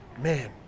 Man